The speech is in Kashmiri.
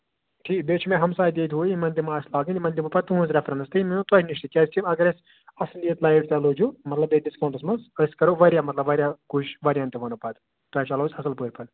ٹھیٖک بیٚیہِ چھُ مےٚ ہَمساے تہِ ییٚتہِ وٕنہِ یِمن تہِ مہ آسہِ لَگٕنۍ یِمَن دِمو پَتہٕ تُہٕنز رٮ۪فرَنس تہٕ یِم یِنو تۄہہِ نِش تہِ کیازِ کہِ اَگرٕے اَصلِیت لایٹ تۄہہِ لٲجِو مطلب بیٚیہِ ڈِسکَاونٹَس منٛز أسۍ کرو واریاہ مطلب واریاہ کوٗشِش واریاہَن تہِ وَنو أسۍ پَتہٕ تۄہہِ چَلاو أسۍ اَصٕل پٲٹھۍ پَتہٕ